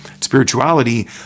Spirituality